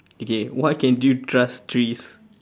okay why can't you trust trees